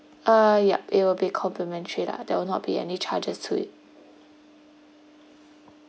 uh yup it will be complimentary lah there will not be any charges to it